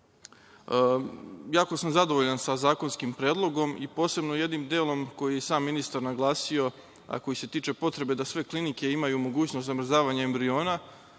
sam zadovoljan sa zakonskim predlogom i posebno jednim delom koji je sam ministar naglasio, a koji se tiče potrebe da sve klinike imaju mogućnost zamrzavanja embriona